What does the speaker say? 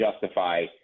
justify